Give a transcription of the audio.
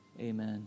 amen